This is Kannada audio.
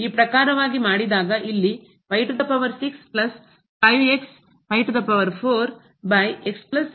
ಆದ್ದರಿಂದ ಈ ಪ್ರಕಾರವಾಗಿ ಮಾಡಿದಾಗ ಇಲ್ಲಿ ಸಿಗುತ್ತದೆ